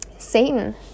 satan